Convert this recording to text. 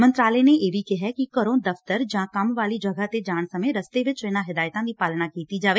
ਮੰਤਰਾਲੇ ਨੇ ਇਹ ਵੀ ਕਿਹੈ ਕਿ ਘਰੋਂ ਦਫ਼ਤਰ ਜਾਂ ਕੰਮ ਵਾਲੀ ਜਗਹ ਤੇ ਜਾਣ ਸਮੇਂ ਰਸਤੇ ਚ ਵੀ ਇਨੂਾਂ ਹਦਾਇਤਾਂ ਦੀ ਪਾਲਣਾ ਕੀਤੀ ਜਾਏ